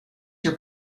your